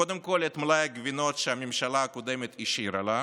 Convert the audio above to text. קודם כול את מלאי הגבינות שהממשלה הקודמת השאירה לה,